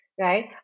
right